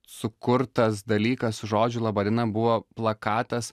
sukurtas dalykas su žodžiu laba diena buvo plakatas